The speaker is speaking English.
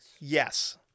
yes